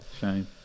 Shame